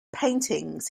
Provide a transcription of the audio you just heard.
paintings